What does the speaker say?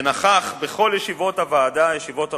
בכל ישיבות הוועדה, ישיבות ארוכות,